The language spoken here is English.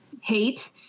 hate